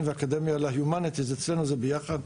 ואקדמיה ל- Humanities ואצלנו זה ביחד.